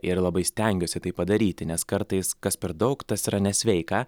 ir labai stengiuosi tai padaryti nes kartais kas per daug tas yra nesveika